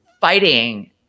fighting